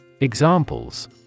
Examples